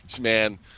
man